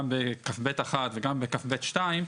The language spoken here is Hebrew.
גם ב-(כ"ב)(1) וגם ב-(כ"ב)(2),